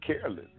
careless